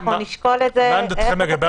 אנחנו נשקול את זה --- מה עמדתכם לגבי